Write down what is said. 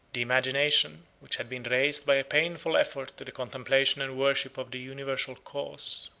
the imagination, which had been raised by a painful effort to the contemplation and worship of the universal cause,